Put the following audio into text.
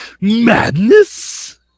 madness